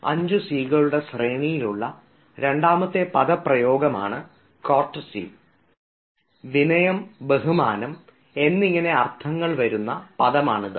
5Cs കളുടെ ശ്രേണിയിലുള്ള രണ്ടാമത്തെ പദപ്രയോഗമാണ് കേർട്ടസി വിനയം ബഹുമാനം എന്നിങ്ങനെയുള്ള അർത്ഥങ്ങൾ വരുന്ന പദമാണിത്